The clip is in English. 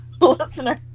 listener